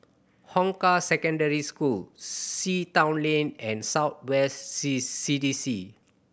Hong Kah Secondary School Sea Town Lane and South West C C D C